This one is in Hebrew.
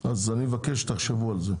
אז אני מבקש שתחשבו על זה,